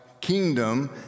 kingdom